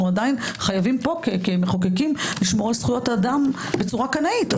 עדיין חייבים פה כמחוקקים לשמור על זכויות האדם בצורה קנאית.